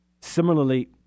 Similarly